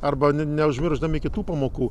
arba ne neužmiršdami kitų pamokų